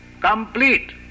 Complete